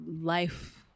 life-